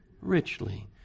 Richly